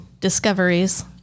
discoveries